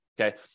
Okay